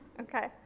Okay